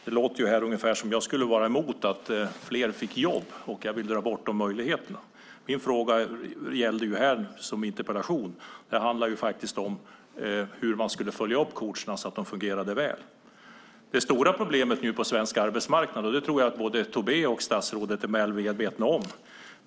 Det låter ungefär som om jag skulle vara emot att fler fick jobb och vill dra bort de möjligheterna. Men min fråga i interpellationen handlar faktiskt om hur man skulle följa upp coacherna så att de fungerade väl. Det stora problemet på svensk arbetsmarknad tror jag att både Tobé och statsrådet är väl medvetna om.